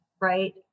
right